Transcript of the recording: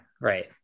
right